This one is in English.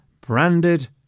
branded